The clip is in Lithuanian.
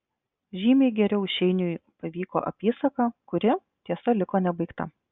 žymiai geriau šeiniui pavyko apysaka kuri tiesa liko nebaigta